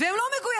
והם לא מגויסים.